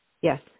Yes